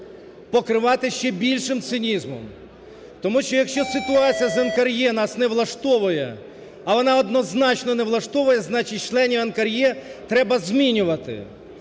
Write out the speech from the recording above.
покривати ще більшим цинізмом. Тому що, якщо ситуація з НКРЕ нас не влаштовує, а вона однозначно не влаштовує, значить членів НКРЕ треба змінювати.